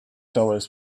dollars